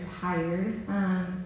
tired